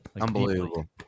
Unbelievable